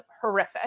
horrific